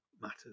matters